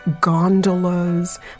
gondolas